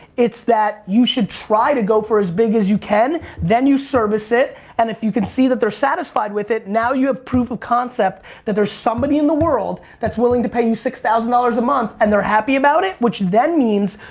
it's that you should try to go for as big as you can. then you service it and if you can see that they're satisfied with it now you have proof of concept that there's somebody in the world that's willing to pay you six thousand dollars a month and they're happy about it. which then means,